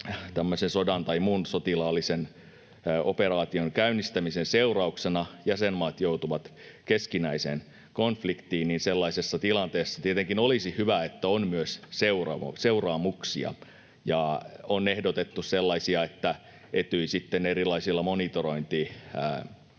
sodan tai muun sotilaallisen operaation käynnistämisen seurauksena jäsenmaat joutuisivat keskinäiseen konfliktiin, sellaisessa tilanteessa tietenkin olisi hyvä, että on myös seuraamuksia. On ehdotettu sellaista, että Etyj sitten erilaisilla monitorointimekanismeilla